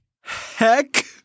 Heck